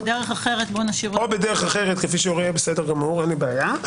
או בדרך אחרת כפי שיורה אין לי בעיה.